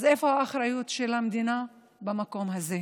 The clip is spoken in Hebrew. אז איפה האחריות של המדינה במקום הזה?